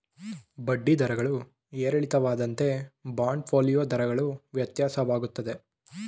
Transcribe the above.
ಬಡ್ಡಿ ದರಗಳು ಏರಿಳಿತವಾದಂತೆ ಬಾಂಡ್ ಫೋಲಿಯೋ ದರಗಳು ವ್ಯತ್ಯಾಸವಾಗುತ್ತದೆ